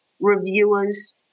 reviewers